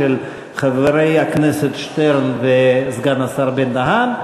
של חברי הכנסת שטרן ושל סגן השר בן-דהן.